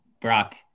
Brock